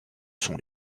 sont